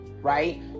Right